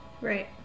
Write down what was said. Right